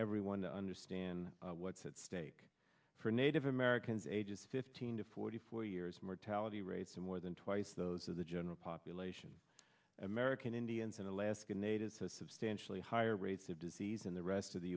everyone to understand what's at stake for native americans ages fifteen to forty four years mortality rates and more than twice those of the general population american indians and alaska natives have substantially higher rates of disease in the rest of the